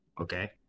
okay